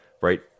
right